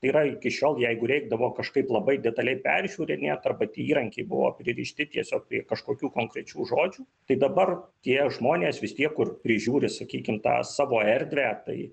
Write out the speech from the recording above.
yra iki šiol jeigu reikdavo kažkaip labai detaliai peržiūrinėt arba tie įrankiai buvo pririšti tiesiog prie kažkokių konkrečių žodžių tai dabar tie žmonės vis tiek kur prižiūri sakykim tą savo erdvę tai